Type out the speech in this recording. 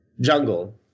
Jungle